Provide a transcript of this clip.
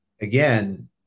again